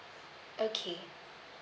okay